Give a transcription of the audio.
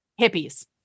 hippies